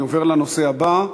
אני עובר לנושא הבא: